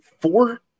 Four